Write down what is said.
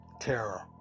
Terror